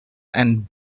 and